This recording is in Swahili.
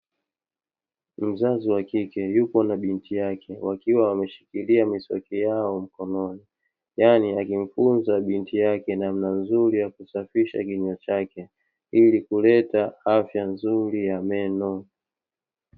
Mzazi wa kike yupo na binti yake wakiwa wameshikilia miswaki yao mkononi. yaani akimfunza binti yake namna nzuri ya kusafisha kinywa chake ili kuleta afya nzuri ya meno.